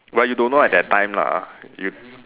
but you don't know at that time lah if